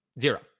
zero